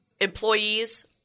employees